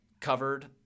covered